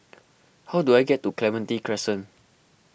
how do I get to Clementi Crescent